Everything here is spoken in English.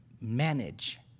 manage